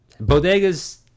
Bodegas